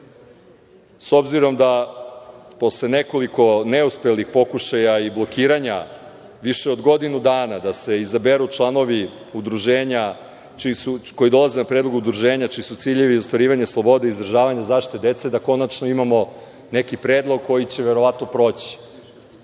s obzirom da posle nekoliko neuspelih pokušaja i blokiranja više od godinu dana da se izaberu članovi koji dolaze na predlog Udruženja čiji su ciljevi ostvarivanje slobode izdržavanje zaštite dece da konačno imamo neki predlog koji će verovatno proći.